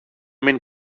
μην